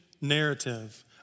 narrative